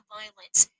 violence